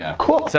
ah cool. so